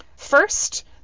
First